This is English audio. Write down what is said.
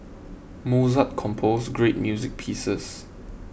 Mozart composed great music pieces